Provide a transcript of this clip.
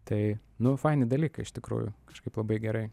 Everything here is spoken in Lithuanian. tai nu faini dalykai iš tikrųjų kažkaip labai gerai